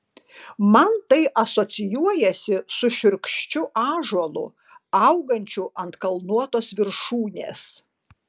man tai asocijuojasi su šiurkščiu ąžuolu augančiu ant kalnuotos viršūnės